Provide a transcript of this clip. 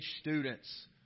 students